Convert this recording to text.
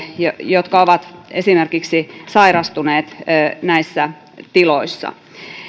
jotka ovat esimerkiksi sairastuneet näissä tiloissa